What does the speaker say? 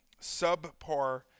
subpar